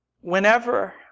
whenever